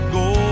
go